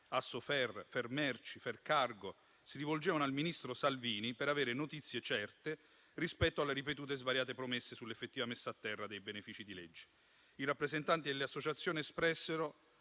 Assoferr, Fermerci e FerCargo, si rivolgevano al ministro Salvini per avere notizie certe rispetto alle ripetute e svariate promesse sulla effettiva messa a terra dei benefici di legge. I rappresentanti delle associazioni espressero